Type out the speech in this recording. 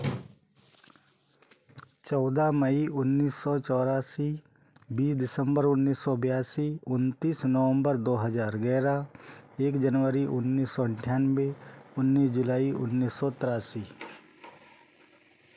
चौदह मई उन्नीस सौ चौरासी बीस दिसम्बर उन्नीस सौ बयासी उनतीस नवम्बर दो हज़ार ग्यारह एक जनवरी उन्नीस सौ अंठ्ठानवे उन्नीस जुलाई उन्नीस सौ तिरासी